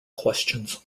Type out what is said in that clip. questions